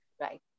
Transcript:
Right